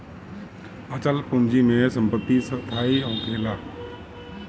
अचल पूंजी में संपत्ति स्थाई होखेला